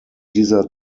dieser